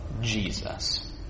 Jesus